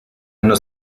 hanno